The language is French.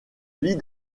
lie